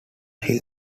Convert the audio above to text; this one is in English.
hill